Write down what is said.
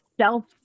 self